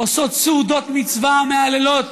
עושות סעודות מצווה ומהללות